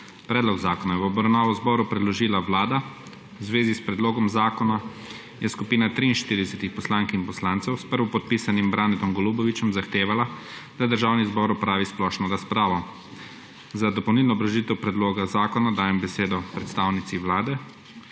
Predlog zakona je v obravnavo zboru predložila Vlada. V zvezi s predlogom zakona je skupina 43 poslank in poslancev s prvopodpisanim Branetom Golubovićem zahtevala, da Državni zbor opravi splošno razpravo. Za dopolnilno obrazložitev predloga zakona dajem besedo predstavnici Vlade